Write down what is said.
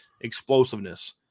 explosiveness